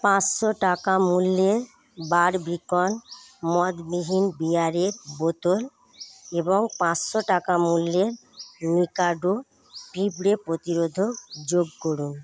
পাঁচশো টাকা মূল্যে বারবিকান মদবিহীন বিয়ারের বোতল এবং পাঁচশো টাকা মূল্যের মিকাডো পিঁপড়ে প্রতিরোধক যোগ করুন